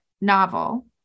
novel